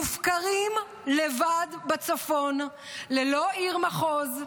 מופקרים לבד בצפון, ללא עיר מחוז,